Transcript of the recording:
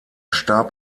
starb